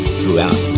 throughout